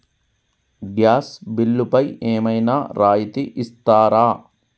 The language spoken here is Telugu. గ్యాస్ బిల్లుపై ఏమైనా రాయితీ ఇస్తారా?